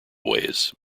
ways